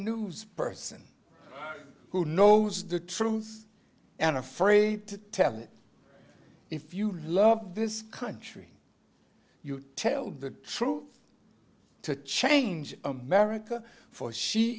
news person who knows the truth and afraid to tell it if you love this country you tell the truth to change america for she